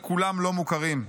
וכולם לא מוכרים.